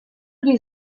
die